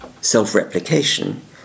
self-replication